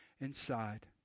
inside